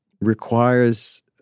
requires